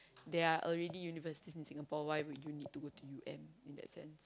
there are already universities in Singapore why would you go to U_M in that sense